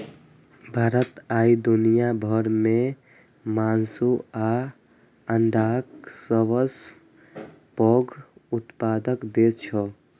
भारत आइ दुनिया भर मे मासु आ अंडाक सबसं पैघ उत्पादक देश छै